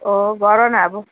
अँ गर न अब